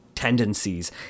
Tendencies